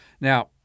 Now